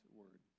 word